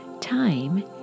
time